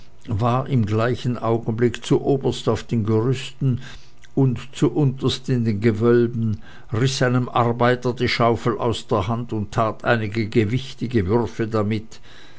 war im gleichen augenblick zuoberst auf den gerüsten und zuunterst in den gewölben riß einem arbeiter die schaufel aus der hand und tat einige gewichtige würfe damit